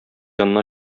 янына